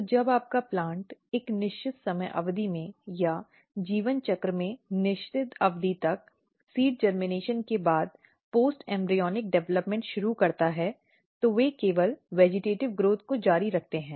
तो जब आपका प्लांट एक निश्चित समय अवधि में या जीवन चक्र में निश्चित अवधि तक बीज के अंकुरण के बाद पोस्ट इम्ब्रीऑनिक डिवेलॅप्मॅन्ट शुरू करता है तो वे केवल वेजिटेटिव़ विकास को जारी रखते हैं